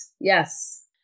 Yes